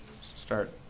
Start